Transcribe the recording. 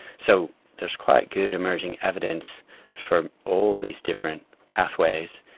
so there's quite good emerging evidence from all these different pathways.